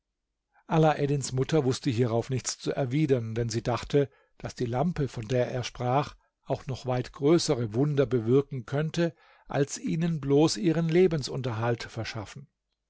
alaeddins mutter wußte hierauf nichts zu erwidern denn sie dachte daß die lampe von der er sprach auch noch weit größere wunder bewirken könnte als ihnen bloß ihren lebensunterhalt verschaffen